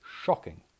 shocking